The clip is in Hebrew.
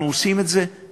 אנחנו עושים את זה בשקט.